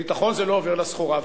ביטחון זה לא סחורה שעוברת.